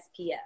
SPF